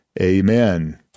amen